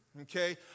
Okay